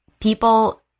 people